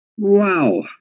Wow